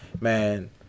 man